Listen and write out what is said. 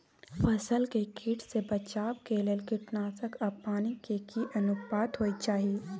फसल के कीट से बचाव के लेल कीटनासक आ पानी के की अनुपात होय चाही?